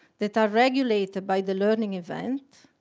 that are regulated by the learning event,